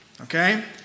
okay